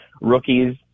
rookies